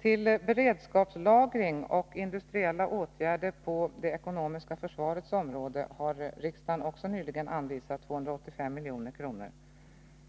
Till beredskapslagring och industriella åtgärder på det ekonomiska försvarets område har riksdagen nyligen anvisat 285 milj.kr.